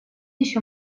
еще